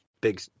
big